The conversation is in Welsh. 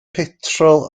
petrol